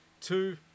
two